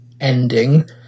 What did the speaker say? ending